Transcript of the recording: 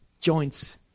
joints